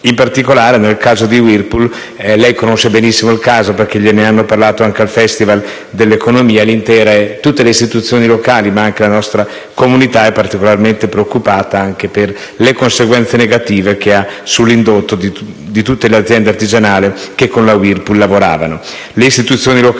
In particolare, nel caso di Whirlpool (che lei conosce benissimo perché gliene hanno parlato anche al Festival dell'economia), tutte le istituzioni locali e anche la nostra comunità sono particolarmente preoccupate per le conseguenze negative che ha sull'indotto di tutte le aziende artigianali che con la Whirlpool lavoravano.